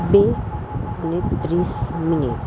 બે અને ત્રીસ મિનિટ